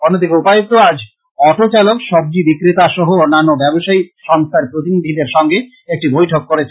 অন্য দিকে উপায়ুক্ত আজ অটো চালক সবজি বিক্রেতা সহ অন্যা্যন্য ব্যবসায়ী সংস্থার প্রতিনিধিদের সঙ্গে একটি বৈঠক করেছেন